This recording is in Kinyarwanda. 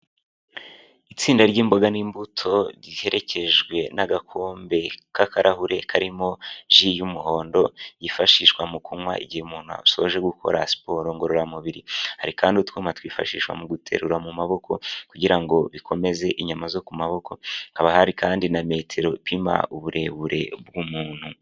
Itsinda ry'imboga n'imbuto riherekejwe n'agakombe k'akarahure karimo ry'umuhondo yifashishwa mu kunywa igihe umuntu asoje gukora siporo ngororamubiri. Hari kandi utwuma twifashishwa mu guterura mu maboko kugira ngo bikomeze inyama zo ku maboko. Haba hari kandi na metero ipima uburebure bw'umuntu.